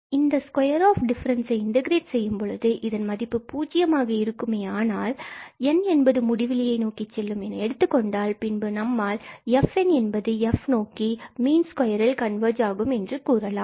இதனை square of differences integrate செய்யும் பொழுது இதன் மதிப்பு பூஜ்ஜியமாக இருக்குமேயானால் மேலும் n என்பது முடிவிலியை நோக்கிச் செல்லும் என எடுத்துக்கொண்டால் பின்பு நம்மால் fn என்பது f என்பதை நோக்கி மீன் ஸ்கொயரில் கன்வர்ஜ் ஆகும் என்று கூறலாம்